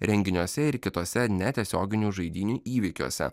renginiuose ir kitose netiesioginių žaidynių įvykiuose